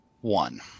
one